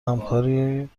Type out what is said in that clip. همکاری